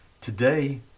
Today